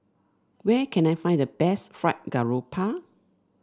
where can I find the best Fried Garoupa